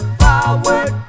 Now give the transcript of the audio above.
forward